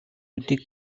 нүдийг